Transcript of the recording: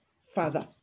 father